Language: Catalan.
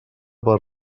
per